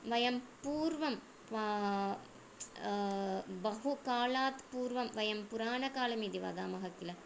वयं पूर्वं बहुकालात् पूर्वं वयं पुराणकालम् इति वदामः किल